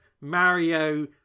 Mario